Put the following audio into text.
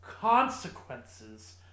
consequences